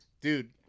dude